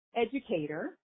educator